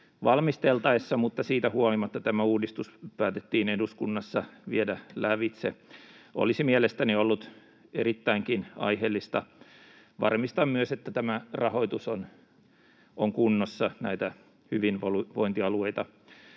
valmisteltaessa, mutta siitä huolimatta tämä uudistus päätettiin eduskunnassa viedä lävitse. Olisi mielestäni ollut erittäinkin aiheellista varmistaa, että myös tämä rahoitus on kunnossa näitä hyvinvointialueita